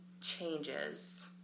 changes